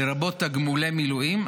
לרבות תגמולי מילואים,